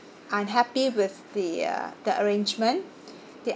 unhappy with the uh the arrangement